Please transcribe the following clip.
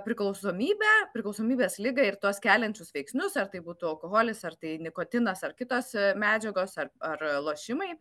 priklausomybę priklausomybės ligą ir tuos keliančius veiksnius ar tai būtų alkoholis ar tai nikotinas ar kitos medžiagos ar ar lošimai